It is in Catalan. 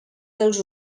dels